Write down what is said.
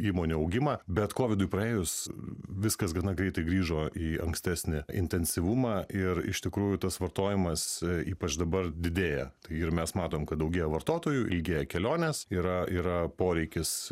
įmonių augimą bet kovidui praėjus viskas gana greitai grįžo į ankstesnį intensyvumą ir iš tikrųjų tas vartojimas ypač dabar didėja tai ir mes matom kad daugėja vartotojų ilgėja kelionės yra yra poreikis